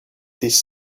this